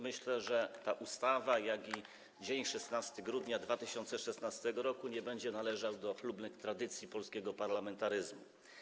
Myślę, że ta ustawa, jak i dzień 16 grudnia 2016 r. nie będą należały do chlubnych tradycji polskiego parlamentaryzmu.